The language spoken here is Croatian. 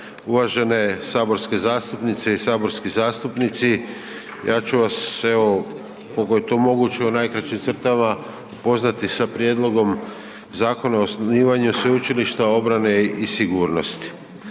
uvažene saborske zastupnice i saborski zastupnici. Ja ću vas evo kolko je to moguće u najkraćim crtama upoznati sa prijedlogom Zakona o osnivanju sveučilišta obrane i sigurnosti.